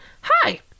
Hi